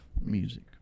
music